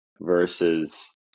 versus